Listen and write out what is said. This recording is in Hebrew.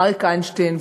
אריק איינשטיין,